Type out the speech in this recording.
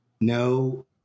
No